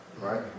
right